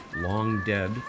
long-dead